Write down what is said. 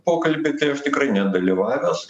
pokalbiai tai aš tikrai nedalyvavęs